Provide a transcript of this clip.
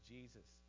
Jesus